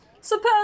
Suppose